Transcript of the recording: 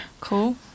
cool